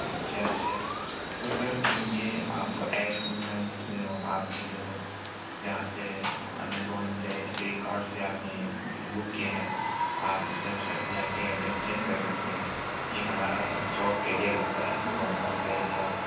اچھا اچھا تو سر یہ آپ کو ایپ میں جس میں آپ نے جو جہاں سے امیزون سے یا فلپکارڈ سے آپ نے یہ بک کیا ہے آپ اُس ویب سائٹ پہ جا کے ایڈریس چینج کر سکتے ہیں یہ ہمارا چوک کا ایریا لگتا ہے دوبگہ کا ایریا